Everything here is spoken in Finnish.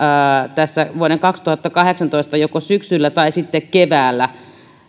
tässä vuoden kaksituhattakahdeksantoista syksyllä tai sitten keväällä